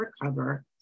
recover